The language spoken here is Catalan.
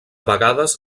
vegades